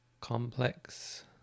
complex